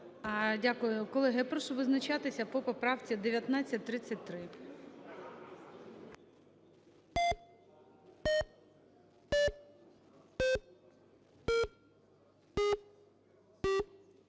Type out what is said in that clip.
Дякую. Колеги, я прошу визначатись по поправці 1937.